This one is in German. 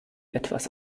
etwas